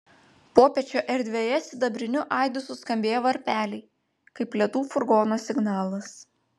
popiečio erdvėje sidabriniu aidu suskambėjo varpeliai kaip ledų furgono signalas